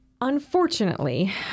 unfortunately